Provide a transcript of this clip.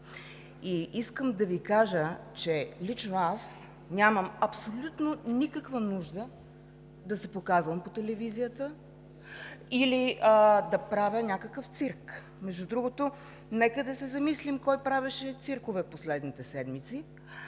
Искам да Ви кажа, че лично аз нямам абсолютно никаква нужда да се показвам по телевизията или да правя някакъв цирк. Между другото, нека да се замислим кой правеше циркове последните седмици,